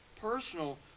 personal